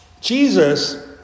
Jesus